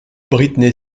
britney